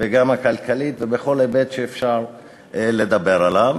גם הכלכלית ובכל היבט שאפשר לדבר עליו: